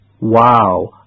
Wow